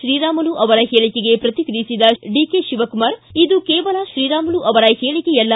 ಶ್ರೀರಾಮುಲು ಅವರ ಹೇಳಿಕೆಗೆ ಪ್ರತಿಕ್ರಿಯಿಸಿದ ಶಿವಕುಮಾರ್ ಇದು ಕೇವಲ ಶ್ರೀರಾಮುಲು ಅವರ ಹೇಳಿಕೆಯಲ್ಲ